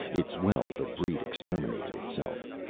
it's well the breed exterminated itself.